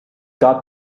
got